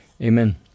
Amen